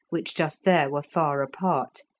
which just there were far apart,